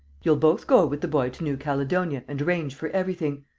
you'll both go with the boy to new caledonia and arrange for everything.